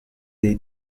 dei